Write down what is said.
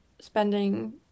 spending